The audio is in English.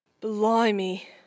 Blimey